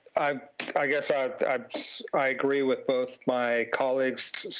i i guess i i agree with both my colleagues,